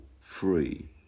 free